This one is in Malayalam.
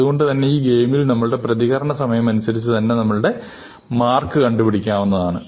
അതുകൊണ്ടുതന്നെ ഈ ഗെയിമിൽ നമ്മുടെ പ്രതികരണ സമയം അനുസരിച്ച് തന്നെ മാർക്ക് കണ്ടുപിടിക്കാവുന്നതാണ്